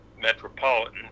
metropolitan